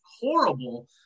horrible